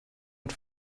und